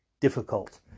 difficult